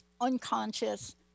unconscious